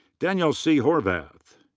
daniel c. horvath.